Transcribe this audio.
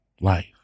life